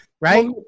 right